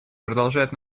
продолжает